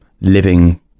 living